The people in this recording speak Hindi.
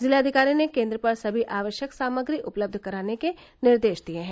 जिलाधिकारी ने केंद्र पर सभी आवश्यक सामग्री उपलब्ध कराने के निर्देश दिए हैं